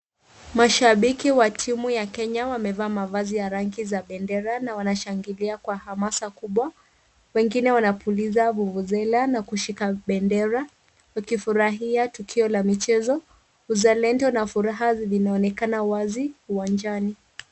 Mashabiki wa timu ya Kenya, wamevaa mavazi ya rangi za bendera na wanashangilia kwa hamasa kubwa. Wengine wanapuliza vuvuzela na kushika bendera, wakifurahia tukio la michezo. Uzalendo na furaha vinaonekana wazi uwanjani.